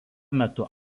metu